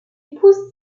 épouse